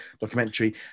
documentary